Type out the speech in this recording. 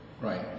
Right